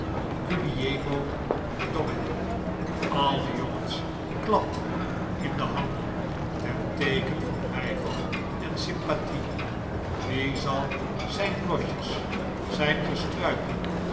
alle jongens klapten in de handen ten teeken van bijval en sympathie wie zal zijn blosjes zijn